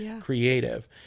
creative